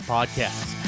Podcast